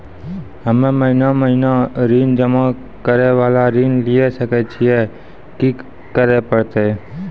हम्मे महीना महीना ऋण जमा करे वाला ऋण लिये सकय छियै, की करे परतै?